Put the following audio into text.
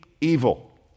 evil